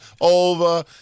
over